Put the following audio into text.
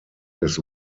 his